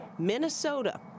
Minnesota